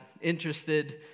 interested